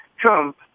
Trump